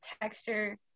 texture –